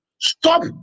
stop